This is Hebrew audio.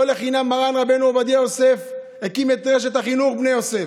לא לחינם מרן רבנו עובדיה יוסף הקים את רשת החינוך בני יוסף,